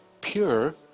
pure